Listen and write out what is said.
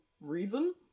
reason